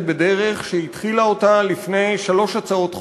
בדרך שהיא התחילה אותה לפני שלוש הצעות חוק.